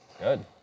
Good